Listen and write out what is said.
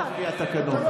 אי-אפשר לפצל לפי התקנון.